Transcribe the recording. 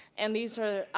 and these are,